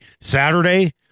Saturday